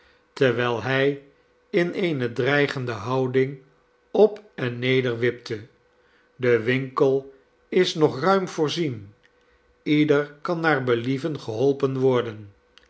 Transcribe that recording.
terwijl hij in eene dreigende houding op en neder wipte de winkel is nog ruim voorzien ieder kan naar believen geholpen worden